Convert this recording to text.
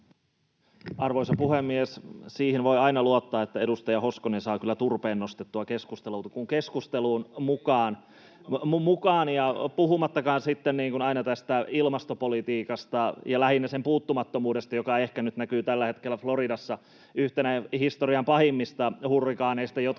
Arvoisa puhemies! Siihen voi aina luottaa, että edustaja Hoskonen saa kyllä turpeen nostettua keskusteluun kuin keskusteluun mukaan, [Hannu Hoskosen välihuuto] puhumattakaan sitten aina tästä ilmastopolitiikasta, lähinnä sen puuttumattomuudesta, joka ehkä nyt näkyy tällä hetkellä Floridassa yhtenä historian pahimmista hurrikaaneista, jotka